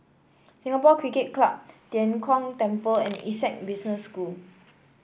Singapore Cricket Club Tian Kong Temple and Essec Business School